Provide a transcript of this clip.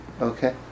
Okay